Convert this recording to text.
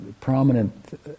prominent